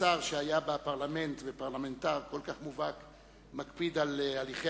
ששר שהיה בפרלמנט ופרלמנטר כל כך מובהק מקפיד על הליכי